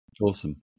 Awesome